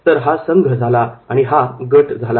तर हा संघ झाला आणि हा गट झाला